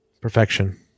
perfection